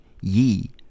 ye